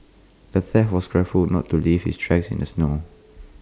the thief was careful to not leave his tracks in the snow